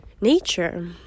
nature